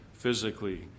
physically